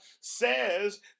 says